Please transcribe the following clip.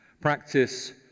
Practice